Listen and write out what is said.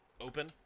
open